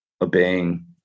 obeying